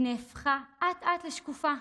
היא נהפכה אט-אט לשקופה,